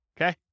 Okay